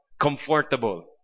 comfortable